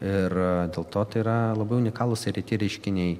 ir dėl to tai yra labai unikalūs ir reti reiškiniai